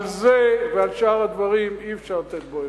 ידידי,